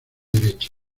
derecha